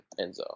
Enzo